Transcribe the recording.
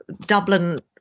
Dublin